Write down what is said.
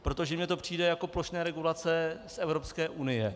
Protože mně to přijde jako plošné regulace z Evropské unie.